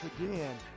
again